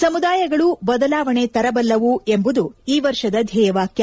ಸಮುದಾಯಗಳು ಬದಲಾವಣೆ ತರಬಲ್ಲವು ಎಂಬುದು ಈ ವರ್ಷದ ಧ್ವೇಯವಾಕ್ಲ